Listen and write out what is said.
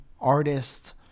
artist